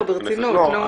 לא, ברצינות, נו.